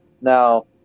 Now